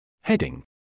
Heading